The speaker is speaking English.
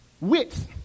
Wits